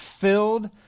filled